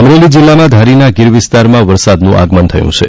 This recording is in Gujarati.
અમરેલી જિલ્લામાં ધારીના ગીર વિસ્તારમાં વરસાદનું આગમન થયું છે